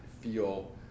feel